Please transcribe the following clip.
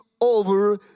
over